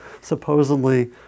supposedly